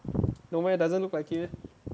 no meh doesn't look like it meh